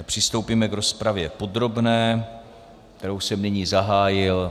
Přistoupíme k rozpravě podrobné, kterou jsem nyní zahájil.